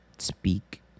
Speak